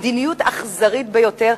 מדיניות אכזרית ביותר.